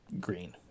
green